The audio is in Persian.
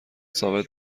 ثابت